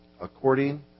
according